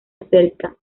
acerca